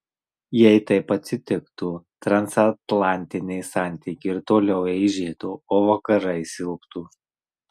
jei taip atsitiktų transatlantiniai santykiai ir toliau eižėtų o vakarai silptų